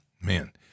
Man